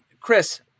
chris